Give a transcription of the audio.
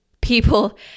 people